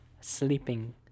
sleeping